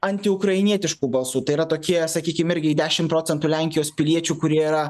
antiukrainietiškų balsų tai yra tokie sakykim irgi į dešim procentų lenkijos piliečių kurie yra